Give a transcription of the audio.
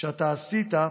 שאתה עשית,